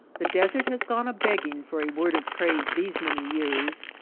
the desert has gone a-begging for a word of praise these many years.